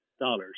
dollars